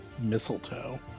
mistletoe